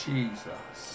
Jesus